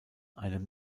einem